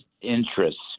interests